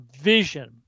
vision